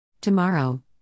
Tomorrow